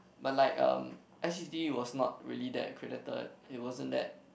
but like um s_u_t_d was not really that accredited it wasn't that